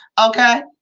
okay